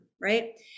right